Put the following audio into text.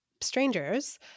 strangers